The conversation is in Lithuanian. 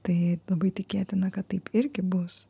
tai labai tikėtina kad taip irgi bus